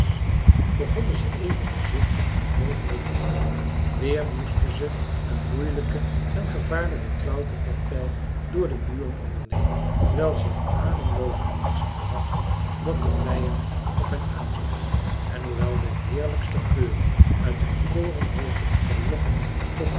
begonnen ze even voorzichtig de volgende te onderzoeken weer moesten ze een moeielijke en gevaarlijke klauterpartij door de muren ondernemen terwijl ze in ademloozen angst verwachtten dat de vijand op hen aan zou vliegen en hoewel de heerlijkste geuren uit de korenhoopen verlokkend tot